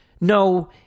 no